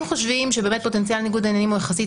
אם חושבים שבאמת פוטנציאל ניגוד העניינים הוא יחסית